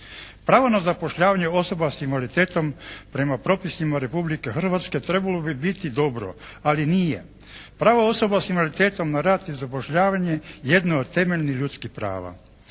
Pravo na zapošljavanje osoba s invaliditetom prema propisima Republike Hrvatske trebalo bi biti dobro ali nije. Pravo osoba sa invaliditetom na rad i zapošljavanje jedno je od temeljnih ljudskih prava.